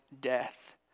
death